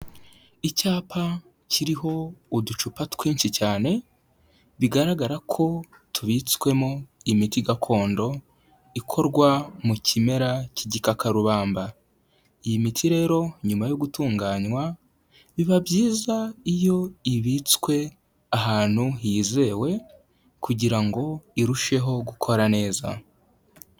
Icyapa kiriho uducupa twinshi cyane, bigaragara ko tubitswemo imiti gakondo ikorwa mu kimera cy'igikakarubamba, iyi miti rero nyuma yo gutunganywa biba byiza iyo ibitswe ahantu hizewe kugira ngo irusheho gukora neza.